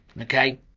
Okay